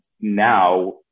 now